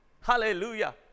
Hallelujah